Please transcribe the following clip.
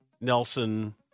Nelson